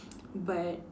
but